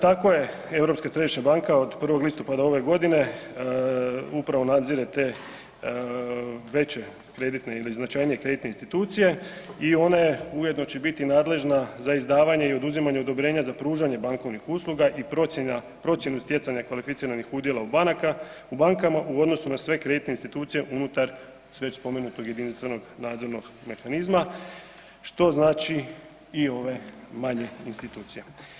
Tako je Europska središnja banka od 1. listopada ove godine upravo nadzire te veće kreditne ili značajnije kreditne institucije i ona će ujedno biti nadležna za izdavanje i oduzimanje odobrenja za pružanje bankovnih usluga i procjenu stjecanja kvalificiranih udjela u bankama u odnosu na sve kreditne institucije unutar već spomenutog jedinstvenog nadzornog mehanizma, što znači i ove manje institucije.